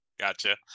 Gotcha